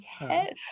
Yes